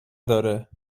داره